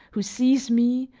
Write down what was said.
who sees me,